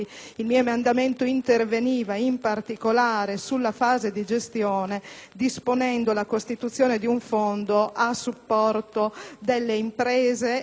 disponendo la costituzione di un fondo a supporto delle imprese interessate in qualità di assegnatarie sui beni confiscati.